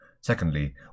Secondly